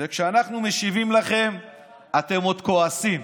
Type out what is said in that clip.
וכשאנחנו משיבים לכם אתם עוד כועסים.